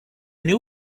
new